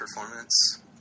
performance